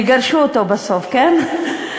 יגרשו אותו בסוף, כן.